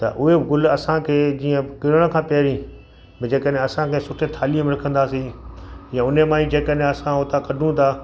त उहे बि गुल असांखे जीअं किरण खां पहिरीं भई जेकरे असांखे सुठे थालीअ में रखंदासीं या उन ई मां जेकॾहिं असां हुतां कढूं था